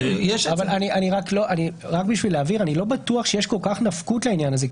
אני לא בטוח שיש כל כך נפקות לעניין הזה.